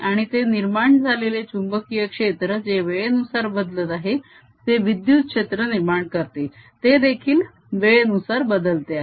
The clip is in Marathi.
आणि ते निर्माण झालेले चुंबकीय क्षेत्र जे वेळेनुसार बदलत आहे ते विद्युत क्षेत्र निर्माण करते ते देखील वेळेनुसार बदलते आहे